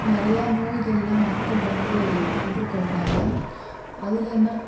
நிறைய நோய்கள்லாம் மக்கள் வந்து எதிர்கொள்கிறாங்க அதில் என்னென்னா